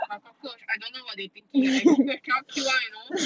but cockroach I don't know what they thinking ah and cockroach cannot kill [one] you know